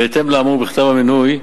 בהתאם לאמור בכתב המינוי,